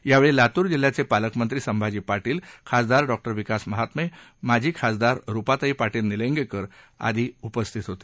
यावेळी लातूर जिल्ह्याचे पालकमंत्री संभाजी पाटील खासदार डॉ विकास महात्मे माजी खासदार रुपाताई पाटील निलंगेकर आदि उपस्थित होते